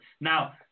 Now